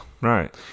Right